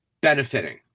benefiting